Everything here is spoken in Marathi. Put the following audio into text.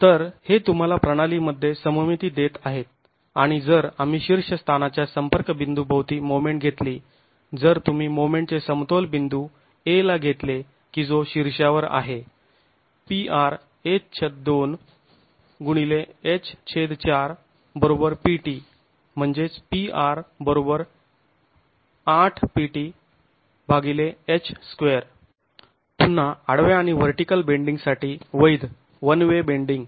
तर हे तुम्हाला प्रणालीमध्ये सममिती देत आहे आणि जर आम्ही शीर्ष स्थानाच्या संपर्क बिंदू भोवती मोमेंट घेतली जर तुम्ही मोमेंट चे समतोल बिंदू a ला घेतले की जो शीर्षावर आहे पुन्हा आडव्या आणि व्हर्टीकल बेंडींग साठी वैध वन वे बेंडींग